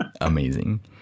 amazing